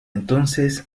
entonces